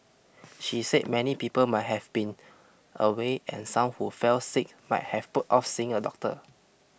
she said many people might have been away and some who fell sick might have put off seeing a doctor